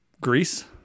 Greece